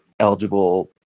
eligible